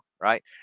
Right